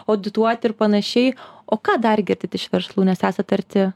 audituoti ir panašiai o ką dar girdit iš verslų nes esat arti